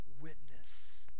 witness